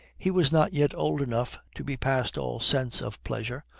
he was not yet old enough to be past all sense of pleasure,